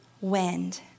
wind